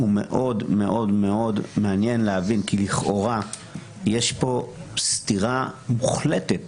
כי לכאורה יש פה סתירה מוחלטת